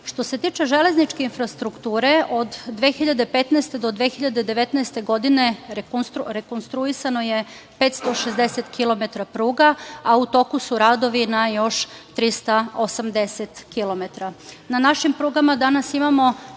Sad. Što se tiče železničke infrastrukture, od 2015. do 2019. godine rekonstruisano je 560 kilometara pruga, a u toku su radovi na još 380 kilometara. Na našim prugama danas imamo